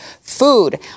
food